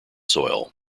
soil